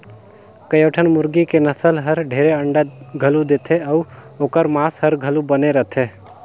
कयोठन मुरगी के नसल हर ढेरे अंडा घलो देथे अउ ओखर मांस हर घलो बने रथे